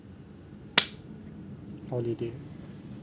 holiday